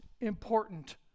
important